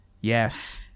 yes